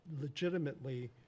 legitimately